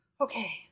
Okay